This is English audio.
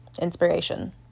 inspiration